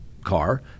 car